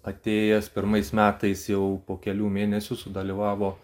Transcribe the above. atėjęs pirmais metais jau po kelių mėnesių sudalyvavo